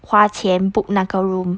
花钱 book 那个 room